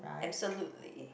absolutely